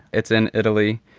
it's in italy.